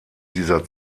dieser